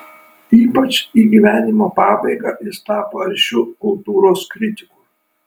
ypač į gyvenimo pabaigą jis tapo aršiu kultūros kritiku